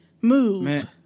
Move